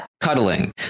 cuddling